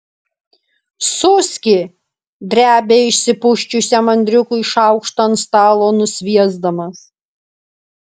suski drebia išsipusčiusiam andriukui šaukštą ant stalo nusviesdamas